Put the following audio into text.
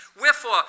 Wherefore